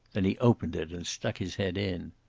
then he opened it and stuck his head in.